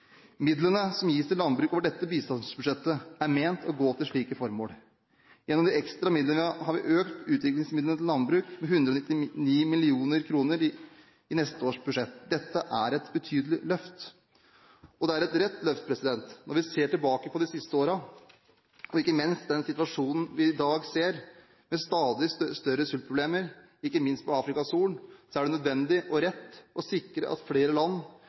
Midlene som gis til landbruk over dette bistandsprosjektet, er ment å gå til slike formål. Vi har økt utviklingsmidlene til landbruk med 199 mill. kr i neste års budsjett. Dette er et betydelig løft, og det er et rett løft. Når vi ser tilbake på de siste årene, og ikke minst på den situasjonen vi i dag ser med stadig større sultproblemer – ikke minst på Afrikas horn – så er det nødvendig og rett å sikre at flere land